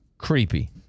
creepy